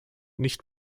nicht